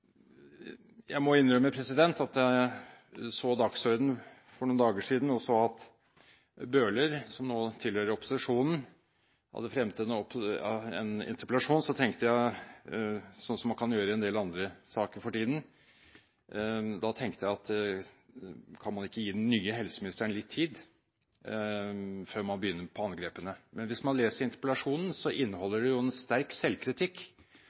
Jeg må innrømme at da jeg så dagsordenen for noen dager siden, og så at Bøhler, som nå tilhører opposisjonen, hadde fremmet en interpellasjon, tenkte jeg slik man kan gjøre i en del andre saker for tiden: Kan man ikke gi den nye helseministeren litt tid før man begynner med angrepene? Men hvis man leser interpellasjonen, inneholder den en sterk selvkritikk